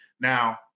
Now